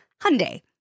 Hyundai